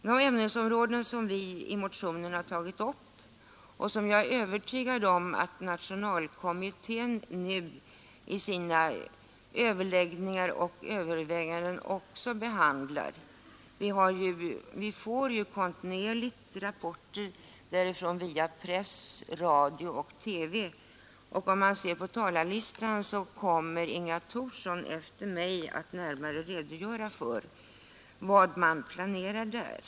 De ämnesområden som vi i motionen har tagit upp är jag övertygad om att nationalkommittén nu behandlar vid sina överläggningar och överväganden; vi får ju kontinuerligt rapporter därifrån via press, radio och TV, och enligt talarlistan kommer Inga Thorsson efter mig att närmare redogöra för vad man planerar där.